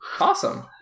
Awesome